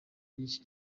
y’iki